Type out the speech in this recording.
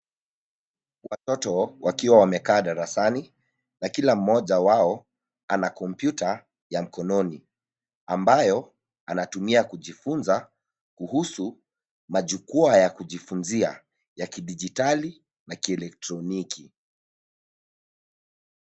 Watoto wakiwa wamekaa darasani na kila mmoja wao ana kompyuta ya mkononi, ambayo anatumia kujifunza kuhusu majukwaa ya kijufunzia ya kidijitali na kielektroniki.